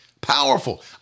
powerful